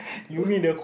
you made a